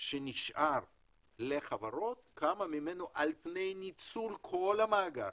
שנשאר לחברות, כמה ממנו על פני ניצול כל המאגר,